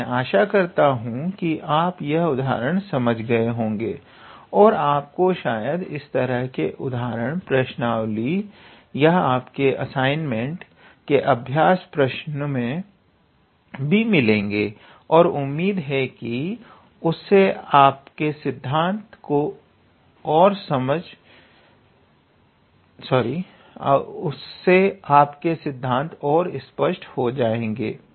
तो मैं आशा करता हूं कि आप यह उदाहरण समझ गए होंगे और आपको शायद इस तरह के उदाहरण प्र्श्नवाली या आपके असाइनमेंट के अभ्यास प्रश्न में भी मिलेंगे और उम्मीद है कि उससे आपके सिद्धांत और स्पष्ट हो जएगे